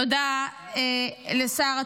תודה לשר התרבות,